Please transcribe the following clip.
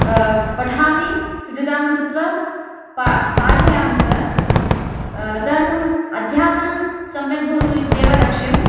पठामि सिद्धतां कृत्वा पा पाठयामि च तदर्थम् अध्यापनं सम्यक् भवतु इत्येव लक्ष्यं